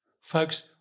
Folks